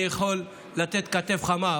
אני יכול לתת כתף חמה,